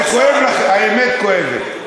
זה כואב לכם, האמת כואבת.